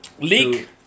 Leak